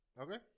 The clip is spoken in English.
Okay